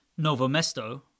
Novomesto